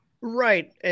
Right